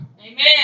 Amen